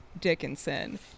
Dickinson